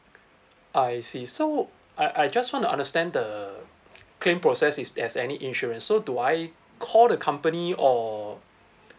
I see so I I just wanna understand the claim process if there's any insurance so do I call the company or